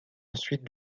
ensuite